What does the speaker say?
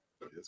Yes